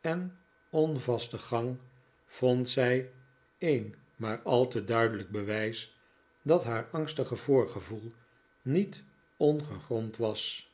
en onvasten gang vond zij een maar al te duidelijk bewijs dat haar angstige voorgevoel niet ongegrond was